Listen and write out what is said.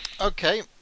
Okay